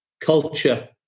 culture